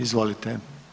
Izvolite.